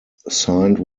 signed